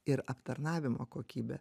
ir aptarnavimo kokybė